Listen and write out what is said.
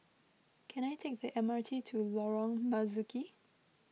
can I take the M R T to Lorong Marzuki